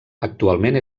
actualment